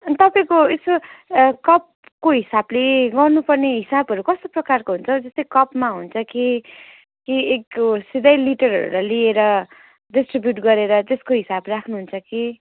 अनि तपाईँको यसो कपको हिसाबले गर्नुपर्ने हिसाबहरू कस्तो प्रकारको हुन्छ जस्तै कपमा हुन्छ कि कि एकको सिधै लिटरहरूलाई लिएर डिस्ट्रिब्युट गरेर त्यसको हिसाब राख्नुहुन्छ कि